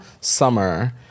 summer